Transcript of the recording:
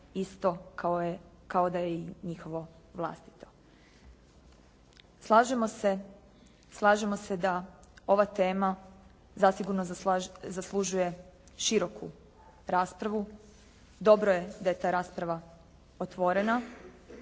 isto kao da je njihovo vlastito. Slažemo se da ova tema zasigurno zaslužuje široku raspravu, dobro je da je ta rasprava otvorena.